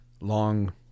long